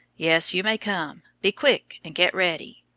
yes, you may come. be quick and get ready.